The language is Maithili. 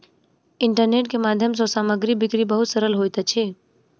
इंटरनेट के माध्यम सँ सामग्री बिक्री बहुत सरल होइत अछि